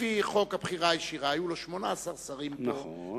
לפי חוק הבחירה הישירה, היו לו 18 שרים פה, נכון.